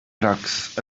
drugs